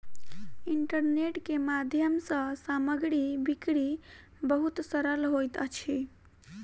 internet के माध्यम सँ सामग्री बिक्री बहुत सरल होइत अछि